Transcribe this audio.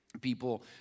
People